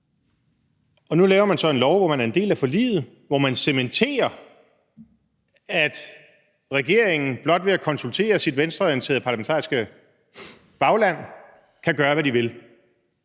Og nu laves der så en lov, hvor man er en del af forliget, og hvor man cementerer, at regeringen blot ved at konsultere sit venstreorienterede parlamentariske bagland kan gøre, hvad den vil.